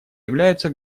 являются